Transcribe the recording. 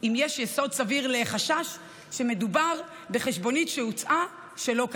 אם יש יסוד סביר לחשש שמדובר בחשבונית שהוצאה שלא כדין.